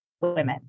women